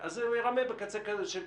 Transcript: קצה.